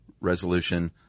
resolution